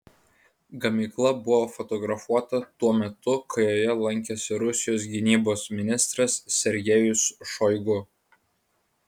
gamykla buvo fotografuota tuo metu kai joje lankėsi rusijos gynybos ministras sergejus šoigu